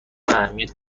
اهمیت